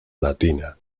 latina